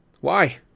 Why